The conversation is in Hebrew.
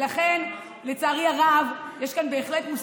בואי תסתכלי איפה את נמצאת.